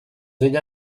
ella